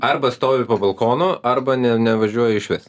arba stovi po balkonu arba ne nevažiuoji išvis